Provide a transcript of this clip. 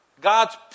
God's